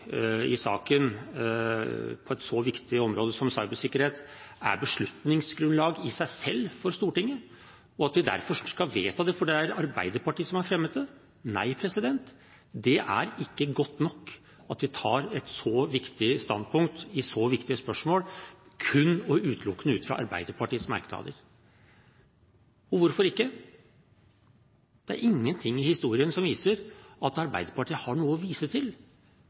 i saken på et så viktig område som cybersikkerhet i seg selv er beslutningsgrunnlag for Stortinget, og at vi derfor skal vedta det fordi Arbeiderpartiet har fremmet det. Nei, det er ikke godt nok at vi tar et så viktig standpunkt i så viktige spørsmål kun og utelukkende ut fra Arbeiderpartiets merknader. Hvorfor ikke? Ingenting i historien viser at Arbeiderpartiet har noe å vise til.